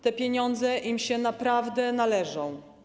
Te pieniądze im się naprawdę należą.